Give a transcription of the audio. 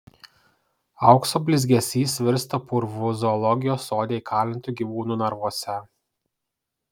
aukso blizgesys virsta purvu zoologijos sode įkalintų gyvūnų narvuose